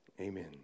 Amen